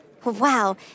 Wow